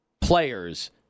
players